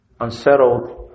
unsettled